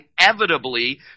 inevitably